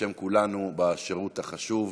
בשם כולנו בשירות החשוב.